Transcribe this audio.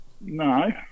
no